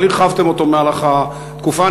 אבל הרחבתם אותו במהלך התקופה.